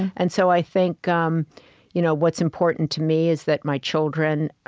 and so i think um you know what's important to me is that my children